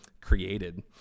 created